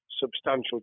substantial